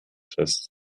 fest